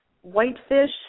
Whitefish